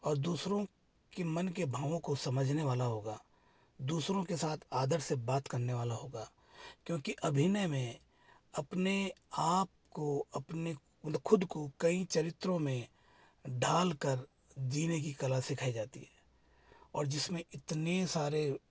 और दूसरों की मन के भावों को समझने वाला होगा दूसरों के साथ आदर से बात करने वाला होगा क्योंकि अभिनय में अपने आप को अपने कुल खुद को कई चरित्रों में ढ़ाल कर जीने की कला सिखाई जाती है और जिसमें इतने सारे